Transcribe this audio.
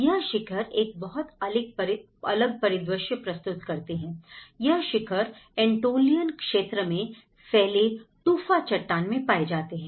यह शिखर एक बहुत अलग परिदृश्य प्रस्तुत करते हैं यह शिखर एंटोलियन क्षेत्र में फैले टुफा चट्टान में पाए जाते हैं